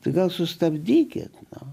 tai gal sustabdykit na